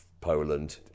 Poland